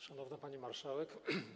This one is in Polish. Szanowna Pani Marszałek!